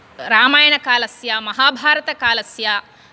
रामयणकालस्य माहभारतकालस्य